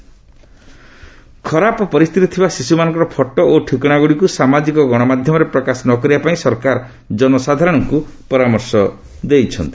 child welfare ଖରାପ ପରିସ୍ଥିତିରେ ଥିବା ଶିଶ୍ରମାନଙ୍କର ଫଟୋ ଓ ଠିକଣାଗ୍ରଡ଼ିକ୍ ସାମାଜିକ ଗଣମାଧ୍ୟମରେ ପ୍ରକାଶ ନ କରିବାପାଇଁ ସରକାର ଜନସାଧାରଣଙ୍କୁ ପରାମର୍ଶ ଦେଇଛନ୍ତି